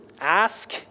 ask